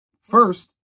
First